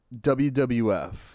WWF